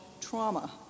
trauma